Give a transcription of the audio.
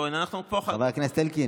חבר הכנסת כהן?